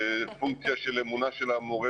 פונקציה של אמונה של המורה